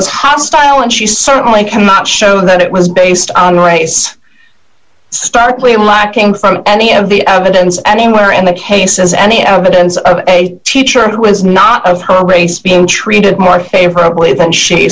was hostile and she certainly cannot show that it was based on race startling lack came from any of the evidence anywhere in the case as any evidence of a teacher who is not of her race being treated more favorably than she